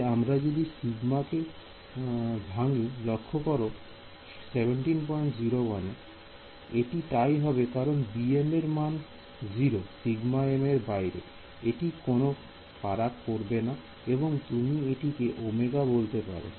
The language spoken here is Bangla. তাই আমরা যদি Ω কে ভাঙ্গি লক্ষ্য করো 1701 এ এটি তাই হবে কারণ bm এর মান 0 Ωm এর বাইরে এটি কোন ফারাক করবে না এবং তুমি এটিকে ওমেগা বলতে পারো